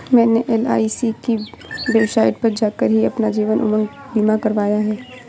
मैंने एल.आई.सी की वेबसाइट पर जाकर ही अपना जीवन उमंग बीमा करवाया है